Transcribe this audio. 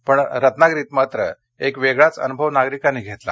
पण रत्नागिरीत मात्र एक वेगळाच अनुभव नागरिकांनी घेतला